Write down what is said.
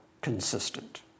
consistent